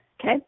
Okay